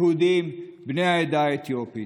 יהודים בני העדה האתיופית.